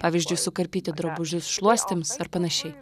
pavyzdžiui sukarpyti drabužius šluostėms ar panašiai